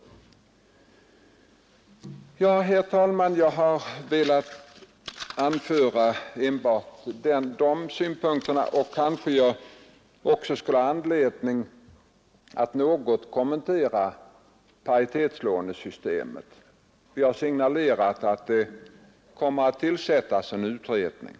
Herr talman! Jag har velat anföra de här synpunkterna, men kanske jag också skulle ha anledning att något kommentera paritetslånesystemet. Vi har signalerat att det kommer att tillsättas en utredning.